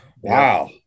Wow